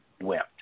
wept